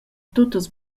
tuttas